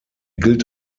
gilt